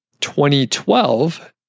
2012